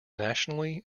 nationally